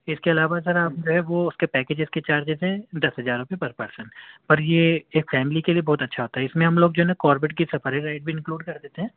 اِس کے علاوہ سر آپ جو ہے وہ اُس کے پیکجز کے چارجز ہیں دس ہزار روپے پر پرسن پر یہ ایک فیملی کے لیے بہت اچھا ہوتا ہے اِس میں ہم لوگ جو ہے نا کارپوریٹ کی سپاریٹ بھی انکلوڈ کر دیتے ہیں